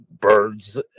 birds